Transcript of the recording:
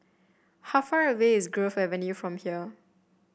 how far away is Grove Avenue from here